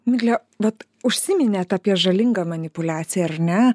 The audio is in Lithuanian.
migle vat užsiminėt apie žalingą manipuliaciją ar ne